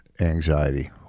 anxiety